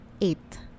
eight